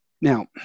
Now